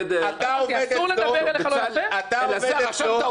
אלעזר, עכשיו אתה עושה.